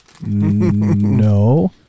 no